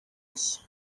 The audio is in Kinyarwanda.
nshya